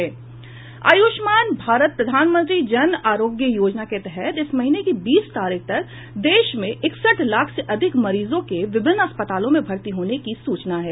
आयुष्मान भारत प्रधानमंत्री जन आरोग्य योजना के तहत इस महीने की बीस तारीख तक देश में इकसठ लाख से अधिक मरीजों के विभिन्न अस्पतालों में भर्ती होने की सूचना है